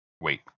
wait